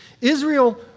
Israel